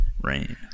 Rain